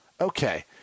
Okay